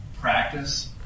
practice